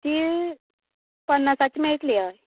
ती पन्नासाची मेळटली हय